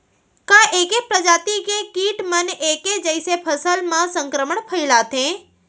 का ऐके प्रजाति के किट मन ऐके जइसे फसल म संक्रमण फइलाथें?